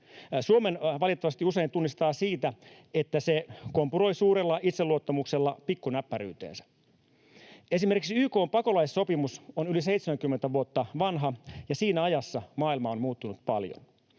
usein tunnistaa siitä, että se kompuroi suurella itseluottamuksella pikkunäppäryyteensä. Esimerkiksi YK:n pakolaissopimus on yli 70 vuotta vanha, ja siinä ajassa maailma on muuttunut paljon.